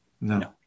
No